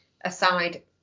aside